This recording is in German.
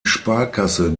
sparkasse